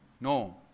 No